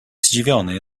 zdziwiony